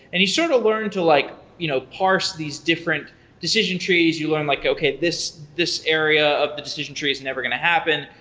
and you sort of learn to like you know parse these different decision trees. you learn like, okay, this this area of the decision tree is never going to happen.